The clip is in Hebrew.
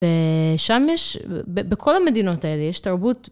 שם יש, בכל המדינות האלה יש תרבות.